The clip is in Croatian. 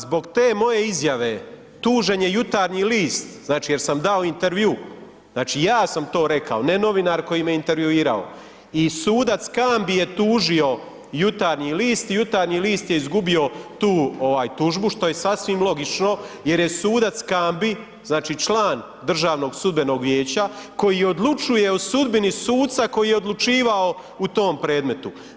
Zbog te moje izjave tužen je Jutarnji list, znači jer sam dao intervju, znači ja sam to rekao ne novinar koji me intervjuirao i sud Cambj je tužio Jutarnji list i Jutarnji list je izgubio tu tužbu što je sasvim logično jer je sudac Cambj, znači član Državnog sudbenog vijeća koji odlučuje o sudbini suca koji je odlučivao u tom predmetu.